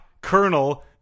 Colonel